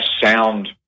sound